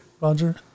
Roger